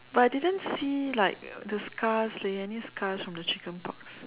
but I didn't see like the scars leh any scars from the chicken pox